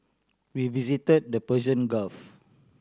we visited the Persian Gulf